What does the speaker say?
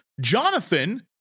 Jonathan